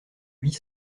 huit